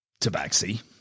tabaxi